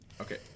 okay